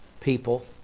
people